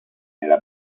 nella